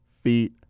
feet